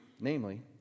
Namely